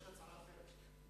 יש הצעה אחרת שלי.